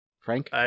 Frank